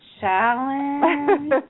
challenge